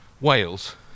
Wales